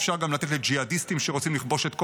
אפשר גם לתת לג'יהאדיסטים שרוצים לכבוש את כל